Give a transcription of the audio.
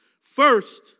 First